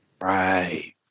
Right